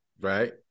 right